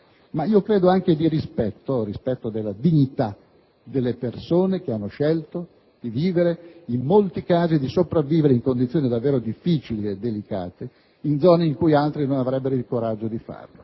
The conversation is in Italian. ma credo anche di rispetto della dignità delle persone che hanno scelto di vivere - in molti casi di sopravvivere - in condizioni davvero difficili e delicate in zone in cui altri non avrebbero il coraggio di farlo.